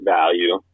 value